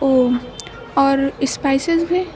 اوہ اور اسپائزز میں